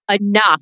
enough